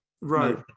Right